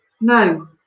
No